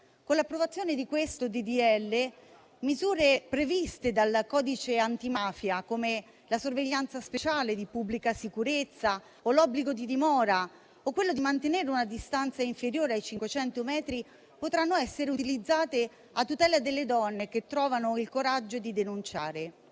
Con l'approvazione di questo disegno di legge, misure previste dal codice antimafia, come la sorveglianza speciale di pubblica sicurezza, l'obbligo di dimora o quello di mantenere una distanza non inferiore ai 500 metri, potranno essere utilizzate a tutela delle donne che trovano il coraggio di denunciare.